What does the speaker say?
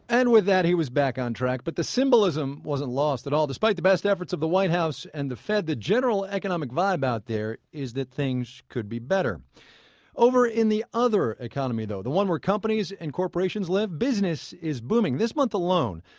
and with that he was back on track, but the symbolism wasn't lost at all. despite the best efforts of the white house and the fed, the general economic vibe out there is that things could be better over in the other economy, though, the one where companies and corporations live, business is booming. this month alone,